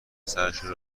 سرشون